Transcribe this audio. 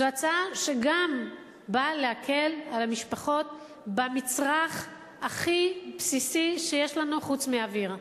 גם זו הצעה שבאה להקל על המשפחות במצרך הכי בסיסי שיש לנו חוץ מאוויר,